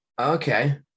okay